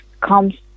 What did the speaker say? comes